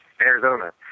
Arizona